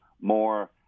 more